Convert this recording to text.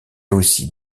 aussi